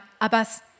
Abbas